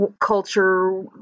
culture